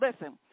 Listen